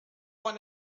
man